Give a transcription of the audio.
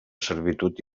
servitud